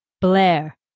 Blair